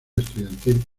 estudiantil